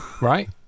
right